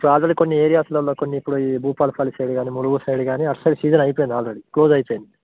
ఇప్పుడు ఆల్రెడీ కొన్ని ఏరియాస్లలో కొన్ని ఇప్పుడు ఈ భూపాలపల్లి సైడ్ కానీ ములుగు సైడ్ కానీ అటు సైడ్ సీజన్ అయిపోయింది ఆల్రెడీ క్లోజ్ అయిపోయింది